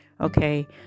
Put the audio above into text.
okay